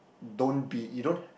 don't be you don't